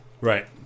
Right